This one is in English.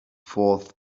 fourth